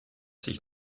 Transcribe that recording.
sich